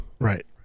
Right